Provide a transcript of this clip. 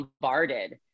bombarded